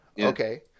Okay